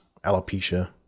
alopecia